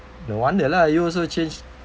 no wonder lah you also changed